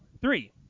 Three